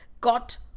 got